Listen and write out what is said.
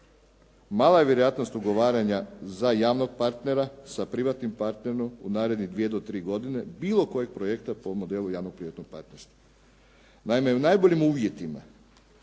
mala je vjerojatnost ugovaranja za javnog partnera sa privatnim partnerom u narednih 2 do 3 godine bilo kojeg projekta po modelu javno-privatnog partnerstva. Naime i u najboljim uvjetima